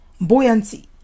buoyancy